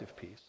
piece